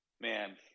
man